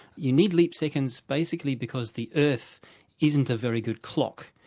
you need leap seconds basically because the earth isn't a very good clock.